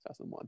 2001